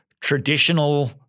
traditional